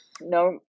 No